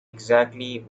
exactly